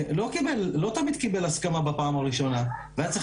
לא תמיד קיבלו הסכמה בפעם הראשונה והיה צריך